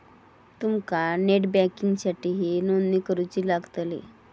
तुमका नेट बँकिंगसाठीही नोंदणी करुची लागतली